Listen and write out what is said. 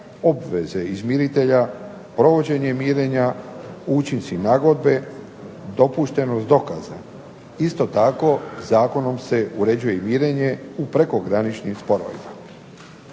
obveze izmiritelja, provođenje mirenja, učinci nagodbe, dopuštenost dokaza. Isto tako zakonom se uređuje i mirenje u prekograničnim sporovima.